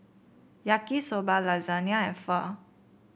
Yaki Soba Lasagna and Pho